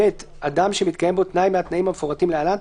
(ב)אדם שמתקיים בו תנאי מהתנאים המפורטים להלן,